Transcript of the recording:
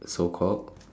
so called